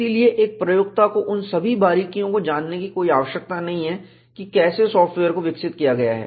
इसलिए एक प्रयोक्ता को उन सभी बारीकियों को जानने की कोई आवश्यकता नहीं है कि कैसे सॉफ्टवेयर को विकसित किया गया है